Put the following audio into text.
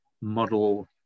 model